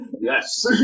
Yes